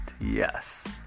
yes